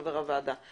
חבר הוועדה.